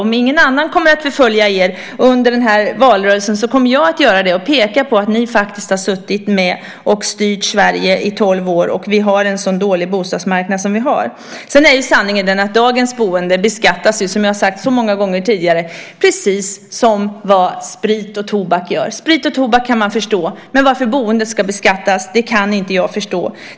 Om ingen annan kommer att förfölja er under denna valrörelse kommer jag att göra det och peka på att ni faktiskt har suttit med och styrt Sverige i tolv år och vi har en så dålig bostadsmarknad som vi har. Sedan är ju sanningen att dagens boende beskattas, som jag sagt så många gånger tidigare, precis som sprit och tobak gör. Sprit och tobak kan man förstå, men varför boendet ska beskattas kan inte jag förstå.